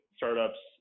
startups